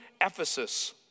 Ephesus